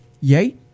Yay